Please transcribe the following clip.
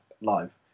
live